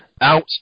Out